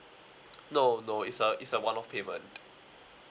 no no is a is a one off payment